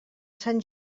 sant